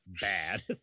bad